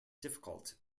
difficult